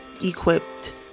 equipped